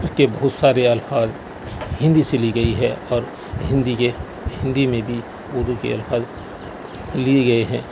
اس کے بہت سارے الفاظ ہندی سے لی گئی ہے اور ہندی کے ہندی میں بھی اردو کے الفاظ لیے گئے ہیں